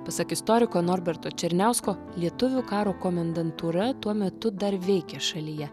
pasak istoriko norberto černiausko lietuvių karo komendantūra tuo metu dar veikė šalyje